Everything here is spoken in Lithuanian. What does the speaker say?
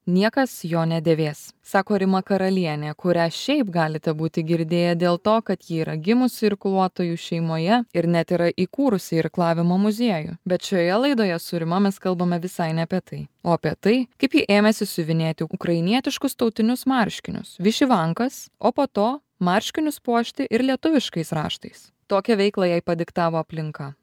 niekas jo nedėvės sako rima karalienė kurią šiaip galite būti girdėję dėl to kad ji yra gimusi irkluotojų šeimoje ir net yra įkūrusi irklavimo muziejų bet šioje laidoje su rima mes kalbame visai ne apie tai o apie tai kaip ji ėmėsi siuvinėti ukrainietiškus tautinius marškinius višivankas o po to marškinius puošti ir lietuviškais raštais tokią veiklą jai padiktavo aplinka